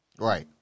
Right